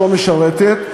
שלא משרתת,